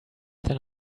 than